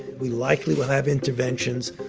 we likely will have interventions.